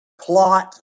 plot